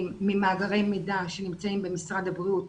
ממאגרי מידע שנמצאים במשרד הבריאות.